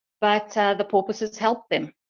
but the porpoises helped them.